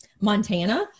Montana